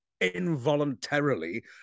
involuntarily